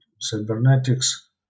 cybernetics